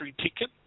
ticket